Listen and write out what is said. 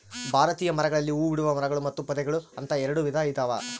ಭಾರತೀಯ ಮರಗಳಲ್ಲಿ ಹೂಬಿಡುವ ಮರಗಳು ಮತ್ತು ಪೊದೆಗಳು ಅಂತ ಎರೆಡು ವಿಧ ಇದಾವ